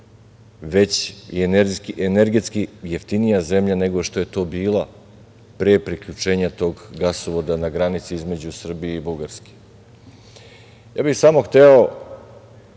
već i energetski jeftinija nego što je to bila pre priključenja tog gasovoda na granici između Srbije i Bugarske. Samo bih hteo